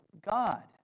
God